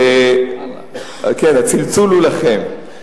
כן, הצלצול הוא לכם.